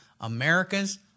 America's